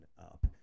up